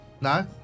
No